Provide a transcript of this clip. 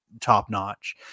top-notch